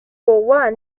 war